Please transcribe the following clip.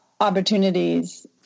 opportunities